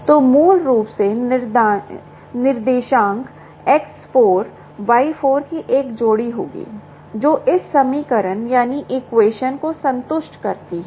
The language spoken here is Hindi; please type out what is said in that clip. तो मूल रूप से निर्देशांक X4 Y4 की एक जोड़ी होगी जो इस समीकरण को संतुष्ट करती है